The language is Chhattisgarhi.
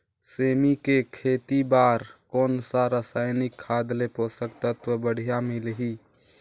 सेमी के खेती बार कोन सा रसायनिक खाद ले पोषक तत्व बढ़िया मिलही?